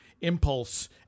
impulse